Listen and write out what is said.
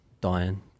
dying